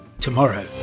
tomorrow